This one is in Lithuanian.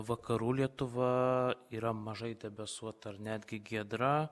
vakarų lietuva yra mažai debesuota ar netgi giedra